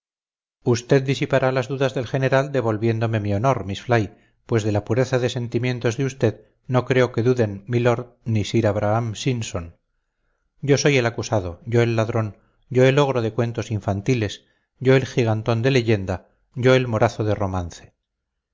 usted disipará las dudas del general devolviéndome mi honor miss fly pues de la pureza de sentimientos de usted no creo que duden milord ni sir abraham simpson yo soy el acusado yo el ladrón yo el ogro de cuentos infantiles yo el gigantón de leyenda yo el morazo de romance